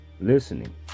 Listening